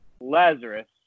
Lazarus